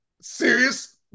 serious